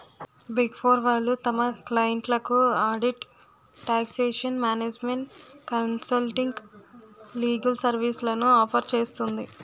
big four వాళ్ళు తమ క్లయింట్లకు audit, taxation, management consulting, legal సర్వీస్లను ఆఫర్ చేస్తుంది